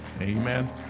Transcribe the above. Amen